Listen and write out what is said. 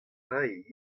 rae